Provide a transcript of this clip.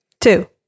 two